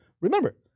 Remember